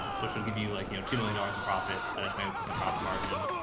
ah which would give you like, you know, two million dollars in profit and a twenty percent profit margin,